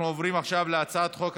אנחנו עוברים עכשיו להצעת חוק,